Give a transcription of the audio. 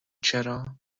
چرا